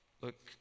Look